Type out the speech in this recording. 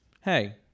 Hey